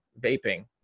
vaping